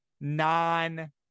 non